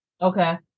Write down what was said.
Okay